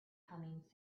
humming